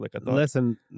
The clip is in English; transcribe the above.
Listen